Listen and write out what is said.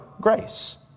grace